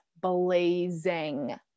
blazing